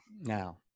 now